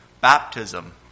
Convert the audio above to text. baptism